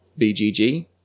BGG